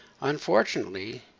unfortunately